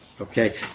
Okay